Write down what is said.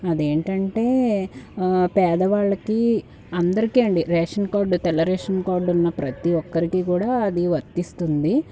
అదేంటంటే పేదవాళ్ళకీ అందరికీ అండీ రేషన్ కార్డ్ తెల్ల రేషన్ కార్డ్ ఉన్న ప్రతి ఒక్కరికీ కూడా అది వర్తిస్తుంది